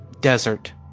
desert